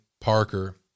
Parker